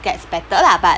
gets better lah but